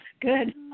Good